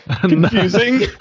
Confusing